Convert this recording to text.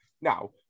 Now